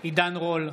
בעד עידן רול,